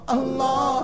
Allah